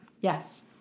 yes